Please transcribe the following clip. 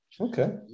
Okay